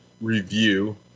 review